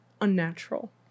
unnatural